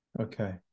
Okay